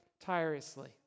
tirelessly